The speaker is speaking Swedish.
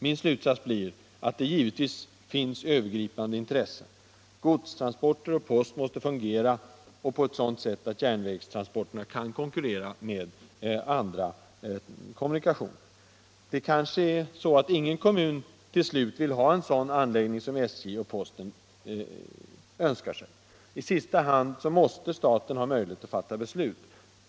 Min slutsats blir att det givetvis finns övergripande intressen. Gods transporter och post måste fungera på ett sådant sätt att järnvägstrans porterna kan konkurrera med andra kommunikationer. Det kanske är så att ingen kommun till slut vill ha en sådan anläggning som SJ och posten önskar. I sista hand måste staten ha möjlighet att fatta beslut.